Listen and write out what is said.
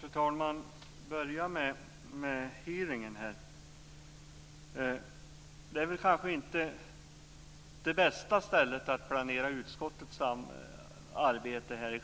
Fru talman! Jag börjar med frågan om hearingen. Kammaren är kanske inte det bästa stället att planera utskottets arbete.